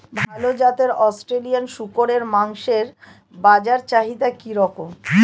ভাল জাতের অস্ট্রেলিয়ান শূকরের মাংসের বাজার চাহিদা কি রকম?